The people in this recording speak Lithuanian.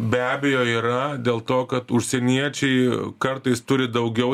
be abejo yra dėl to kad užsieniečiai kartais turi daugiau